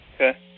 Okay